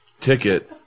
ticket